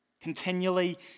continually